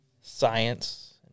science